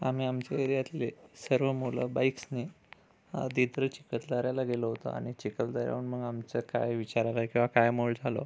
आम्ही आमच्या एरियातले सर्व मुलं बाईक्सनी आधी तर चिखलदऱ्याला गेलो होतो आणि चिखलदऱ्याहून मग आमचा काय विचार आला किंवा काय मोळ झालो